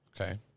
Okay